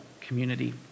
community